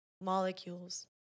molecules